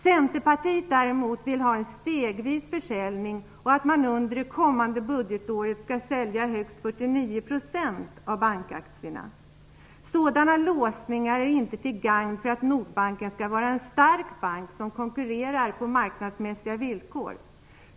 Centerpartiet vill däremot ha en stegvis försäljning och att man under det kommande budgetåret skall sälja högst 49 % av bankaktierna. Sådana låsningar är inte till gagn för Nordbanken som en stark bank som skall konkurrera på marknadsmässiga villkor.